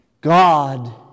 God